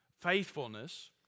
faithfulness